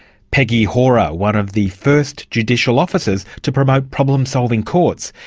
peggy hora, one of the first judicial officers to promote problem-solving courts.